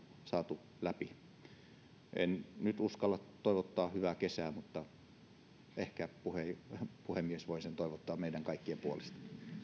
saatu läpi en nyt uskalla toivottaa hyvää kesää mutta ehkä puhemies voi sitä toivottaa meidän kaikkien puolesta